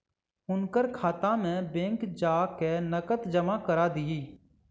हुनकर खाता में बैंक जा कय नकद जमा करा दिअ